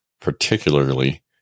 particularly